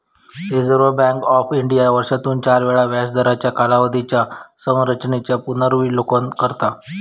reserve Bank of India वर्षातून चार वेळा व्याजदरांच्या कालावधीच्या संरचेनेचा पुनर्विलोकन करता